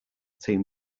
team